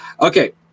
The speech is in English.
Okay